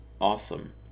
Awesome